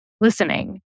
listening